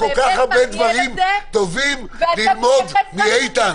--- יש לך כל כך הרבה דברים טובים ללמוד מאיתן.